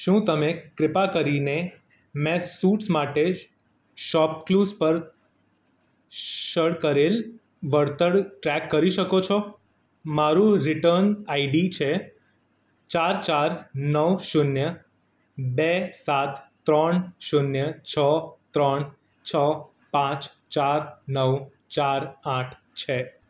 શું તમે કૃપા કરીને મેં સૂટ્સ માટે શોપકલુઝ પર શોર્ટ કરેલ વળતર ટ્રેક કરી શકો છો મારું રિટર્ન આઈડી છે ચાર ચાર નવ શૂન્ય બે સાત ત્રણ શૂન્ય છ ત્રણ છ પાંચ ચાર નવ ચાર આઠ છે